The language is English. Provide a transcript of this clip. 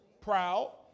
proud